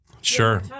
sure